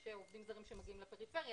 יש עובדים זרים שמגיעים לפריפריה,